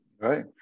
Right